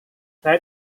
saya